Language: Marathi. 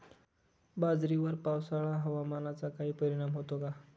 बाजरीवर पावसाळा हवामानाचा काही परिणाम होतो का?